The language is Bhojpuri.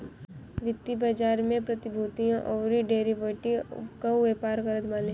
वित्तीय बाजार में प्रतिभूतियों अउरी डेरिवेटिव कअ व्यापार करत बाने